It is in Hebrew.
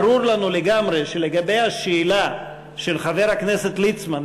ברור לנו לגמרי שלגבי השאלה של חבר הכנסת ליצמן,